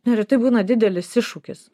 neretai būna didelis iššūkis